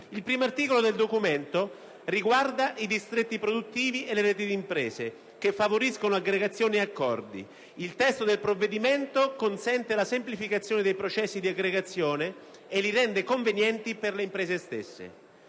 Il primo articolo del disegno di legge riguarda i distretti produttivi e le relative imprese che favoriscono aggregazione e accordi. Il testo del provvedimento consente la semplificazione dei processi di aggregazione e li rende convenienti per le imprese stesse.